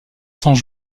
sans